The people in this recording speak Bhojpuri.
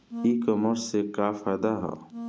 ई कामर्स से का फायदा ह?